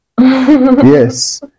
Yes